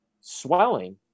Swelling